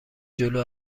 جلو